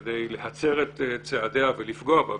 היא כדי להצר את צעדיה ולפגוע בה.